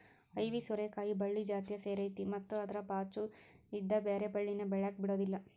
ಐವಿ ಸೋರೆಕಾಯಿ ಬಳ್ಳಿ ಜಾತಿಯ ಸೇರೈತಿ ಮತ್ತ ಅದ್ರ ಬಾಚು ಇದ್ದ ಬ್ಯಾರೆ ಬಳ್ಳಿನ ಬೆಳ್ಯಾಕ ಬಿಡುದಿಲ್ಲಾ